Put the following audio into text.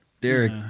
Derek